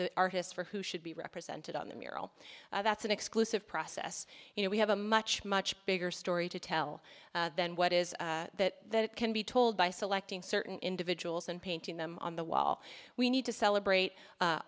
the artists for who should be represented on the mural that's an exclusive process you know we have a much much bigger story to tell than what is that can be told by selecting certain individuals and painting them on the wall we need to celebrate